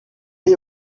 est